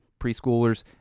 preschoolers